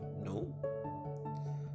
No